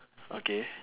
okay